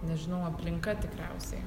nežinau aplinka tikriausiai